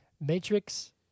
Matrix